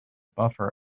buffer